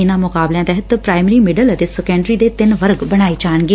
ਇਨਾਂ ਮੁਕਾਬਲਿਆਂ ਤਹਿਤ ਪ੍ਰਾਇਮਰੀਮਿਡਲ ਅਤੇ ਸੈਕੰਡਰੀ ਦੇ ਤਿੰਨ ਵਰਗ ਬਣਾਏ ਗਏ ਨੇ